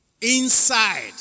Inside